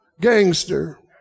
gangster